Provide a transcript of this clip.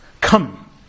come